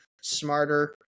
smarter